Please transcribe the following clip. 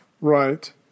right